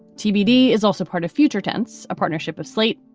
tbd is also part of future tense, a partnership of slate,